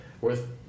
worth